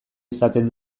izaten